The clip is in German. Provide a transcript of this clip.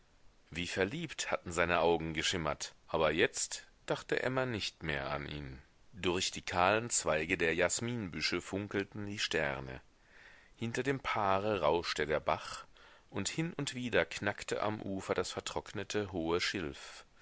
wie verliebt hatten seine augen geschimmert aber jetzt dachte emma nicht mehr an ihn durch die kahlen zweige der jasminbüsche funkelten die sterne hinter dem paare rauschte der bach und hin und wieder knackte am ufer das vertrocknete hohe schilf